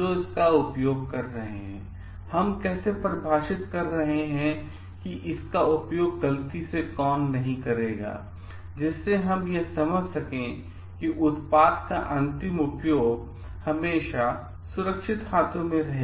जो इसका उपयोग कर रहे हैं और हम कैसे परिभाषित कर रहे हैं इसका उपयोग गलती से कौन नहीं करेगा जिससे हम यह समझ सकें कि उत्पाद का अंतिम उपयोग हमेशा सुरक्षित हाथों में रहेगा